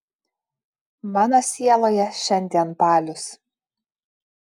mano sieloje šiandien balius